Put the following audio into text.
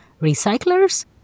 recyclers